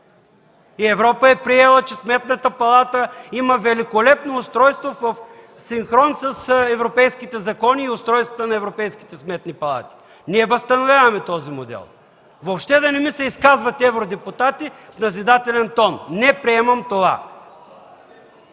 и Европа е приела, че Сметната палата има великолепно устройство в синхрон с европейските закони и устройствата на европейските сметни палати. Ние възстановяване този модел. Въобще да не ми се изказват евродепутати с назидателен тон. Не приемам това!